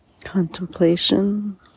Contemplation